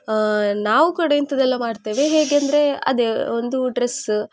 ನಾವು ಕೂಡ ಇಂಥದ್ದೆಲ್ಲ ಮಾಡ್ತೇವೆ ಹೇಗೆ ಅಂದರೆ ಅದೇ ಒಂದು ಡ್ರೆಸ್ಸ್